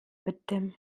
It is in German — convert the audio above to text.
bitte